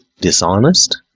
dishonest